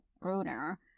Bruner